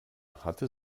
hatte